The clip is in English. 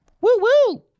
Woo-woo